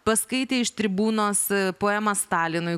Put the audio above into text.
paskaitė iš tribūnos poemą stalinui